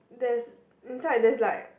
there's inside right inside there's like